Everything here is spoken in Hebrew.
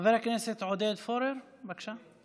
חבר הכנסת עודד פורר, בבקשה.